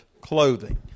clothing